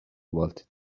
والت